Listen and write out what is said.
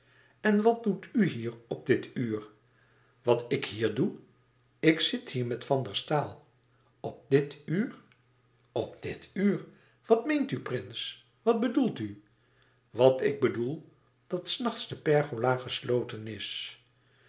en wat doet u hier op dit uur wat ik hier doe ik zit hier met van der staal op dit uur op dit uur wat meent u prins wat bedoelt u wat ik bedoel dat s nachts de pergola gesloten is